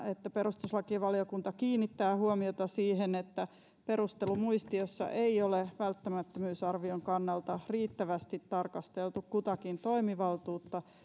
että perustuslakivaliokunta kiinnittää huomiota siihen että perustelumuistiossa ei ole välttämättömyysarvion kannalta riittävästi tarkasteltu kutakin toimivaltuutta